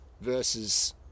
versus